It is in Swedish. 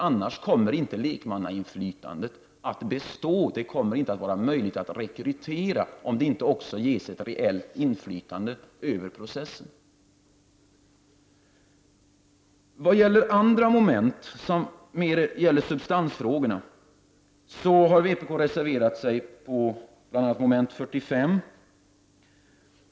Annars kommer inte lekmannainflytandet att bestå. Det kommer inte att vara möjligt att rekrytera människor, om de inte ges ett reellt inflytande över processen. Beträffande andra moment som mer gäller substansfrågorna har vpk reserverat sig för bl.a. mom. 45.